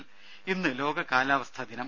രംഭ ഇന്ന് ലോക കാലാവസ്ഥ ദിനം